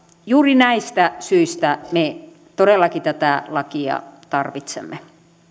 juuri näistä syistä me todellakin tätä lakia tarvitsemme